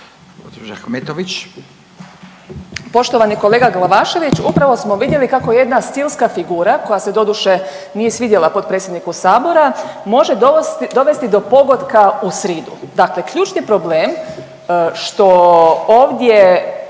Poštovani kolega Glavašević, upravo smo vidjeli kako jedna stilska figura koja se doduše nije svidjela potpredsjedniku sabora može dovesti do pogotka u sridu. Dakle ključni problem što ovdje